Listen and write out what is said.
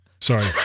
Sorry